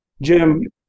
Jim